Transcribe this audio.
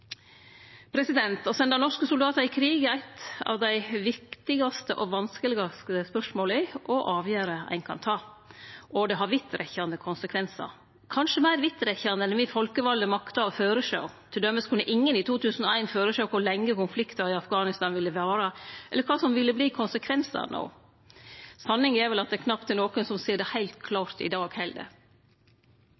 Å sende norske soldatar i krig er av dei viktigaste og vanskelegaste avgjerdene ein kan ta, og det har vidtrekkande konsekvensar – kanskje meir vidtrekkande enn me folkevalde maktar å føresjå. Til dømes kunne ingen i 2001 føresjå kor lenge konflikten i Afghanistan ville vare, eller kva som ville verte konsekvensane. Sanninga er vel at det er knapt nokon som ser det heilt